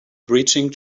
breaching